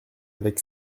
avec